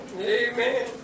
Amen